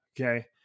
okay